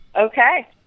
Okay